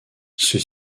ceux